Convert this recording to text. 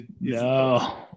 no